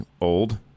old